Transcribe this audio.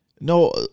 no